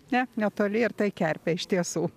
ne netoli ir tai kerpė iš tiesų